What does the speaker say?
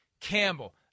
Campbell